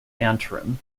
antrim